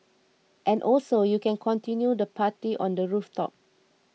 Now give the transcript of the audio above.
and also you can continue the party on the rooftop